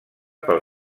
pel